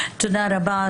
תודה רבה,